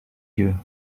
you